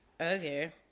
Okay